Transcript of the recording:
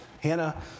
Hannah